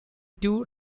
two